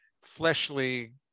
fleshly